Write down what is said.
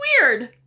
weird